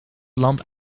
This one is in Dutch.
land